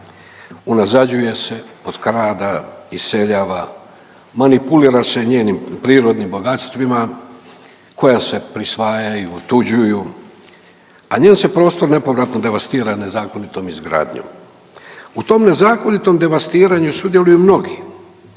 unazađuje se, potkrada, iseljava, manipulira se njenim prirodnim bogatstvima koja se prisvajaju i otuđuju, a njen se prostor nepovratno devastira nezakonitom izgradnjom. U tom nezakonitom devastiranju sudjeluju mnogi